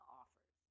offers